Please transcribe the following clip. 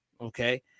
Okay